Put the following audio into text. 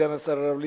סגן השר הרב ליצמן,